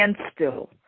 standstill